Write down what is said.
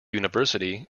university